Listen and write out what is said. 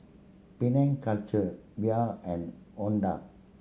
Penang Culture Viu and Honda